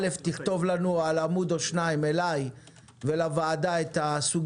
אנא תכתוב אליי ולוועדה על עמוד או שניים את הסוגיות.